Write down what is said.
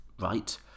right